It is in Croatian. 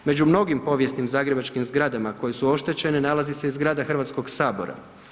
Među mnogim povijesnim zagrebačkim zgradama koje su oštećene, nalazi se i zgrada Hrvatskog sabora.